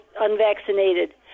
unvaccinated